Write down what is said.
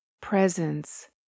presence